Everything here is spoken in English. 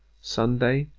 sunday,